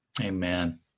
Amen